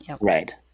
right